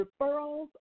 referrals